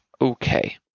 Okay